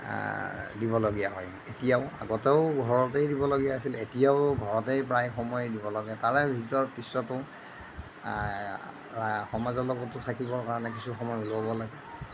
দিবলগীয়া হয় এতিয়াও আগতেও ঘৰতেই দিবলগীয়া আছিল এতিয়াও ঘৰতে প্ৰায় সময় দিব লাগে তাৰে ভিতৰত পিছতো সমাজৰ লগতো থাকিবৰ কাৰণে কিছু সময় উলিয়াব লাগে